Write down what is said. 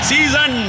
Season